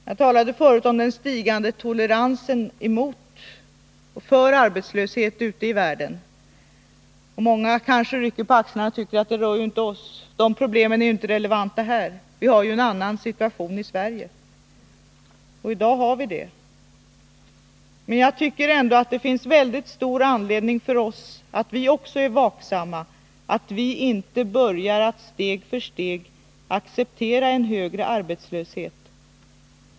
Jag talade förut om den stigande toleransen mot arbetslöshet ute i världen. Många kanske rycker på axlarna och säger: Det där rör ju inte oss, de där problemen är ju inte relevanta här, vi har ju en annan situation i Sverige. Och i dag har vi det. Men det finns ändå all anledning för oss att vara vaksamma, så att vi inte börjar att steg för steg acceptera en högre arbetslöshet.